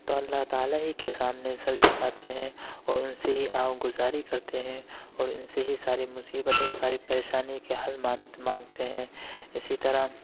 تو اللہ تعالیٰ ہی کے سامنے سر جھکاتے ہیں اور ان سے ہی آہ و گزاری کرتے ہیں اور ان سے ہی ساری مصیبت اور ساری پریشانی کے حل مانتے مانگتے ہیں اسی طرح